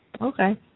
Okay